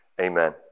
Amen